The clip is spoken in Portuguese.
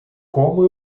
como